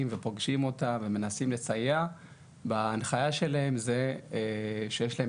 ופגשים אותה ומנסים לסייע לה וההנחיה שלהם היא שיש להם